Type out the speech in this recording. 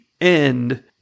end